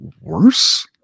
worse